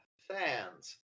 fans